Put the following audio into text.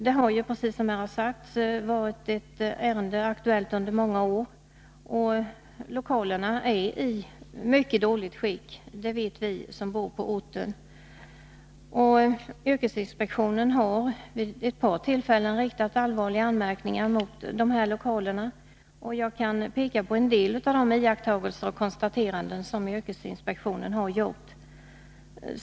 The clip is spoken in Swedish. Som redan sagts här har detta ärende varit aktuellt under många år. Lokalerna är i mycket dåligt skick. Det vet vi som bor på orten. Yrkesinspektionen har vid ett par tillfällen riktat allvarliga anmärkningar mot lokalerna. Jag kan peka på en del av de iakttagelser och konstateranden som yrkesinspektionen gjort.